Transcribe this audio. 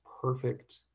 perfect